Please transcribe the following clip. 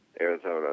Arizona